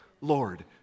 Lord